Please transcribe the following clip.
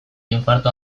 infarto